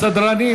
סדרנים,